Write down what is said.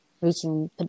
reaching